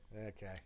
Okay